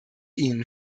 ihnen